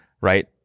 right